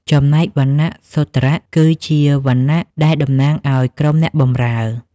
ចំណែកវណ្ណៈសូទ្រ គឺជា វណ្ណៈដែលតំណាងឲ្យក្រុមអ្នកបម្រើ។